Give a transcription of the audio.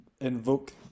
invoke